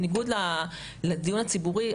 בניגוד לדיון הציבורי,